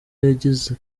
yigeze